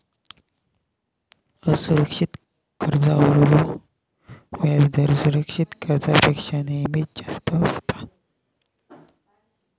असुरक्षित कर्जावरलो व्याजदर सुरक्षित कर्जापेक्षा नेहमीच जास्त असता